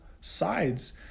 sides